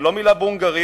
וגם לא מלה בהונגרית,